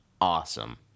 awesome